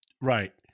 right